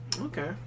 Okay